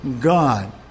God